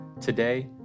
today